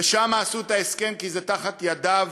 ושם עשו את ההסכם, כי זה תחת ידיו